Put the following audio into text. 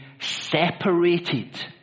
separated